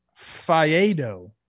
Fiedo